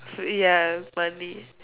ya money